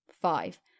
Five